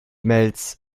mails